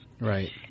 Right